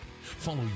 Follow